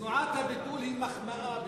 תנועת הביטול היא מחמאה בשבילכם.